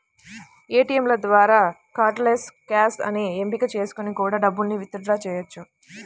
ఏటియంల ద్వారా cardless cash అనే ఎంపిక చేసుకొని కూడా డబ్బుల్ని విత్ డ్రా చెయ్యొచ్చు